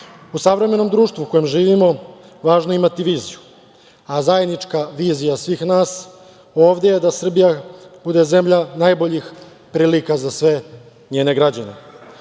U savremenom društvu u kojem živimo važno je imati viziju, a zajednička vizija svih nas ovde je da Srbija bude zemlja najboljih prilika za sve njene građane.S